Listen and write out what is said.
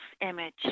image